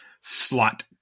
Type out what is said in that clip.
Slot